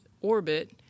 orbit